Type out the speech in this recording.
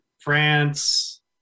France